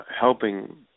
helping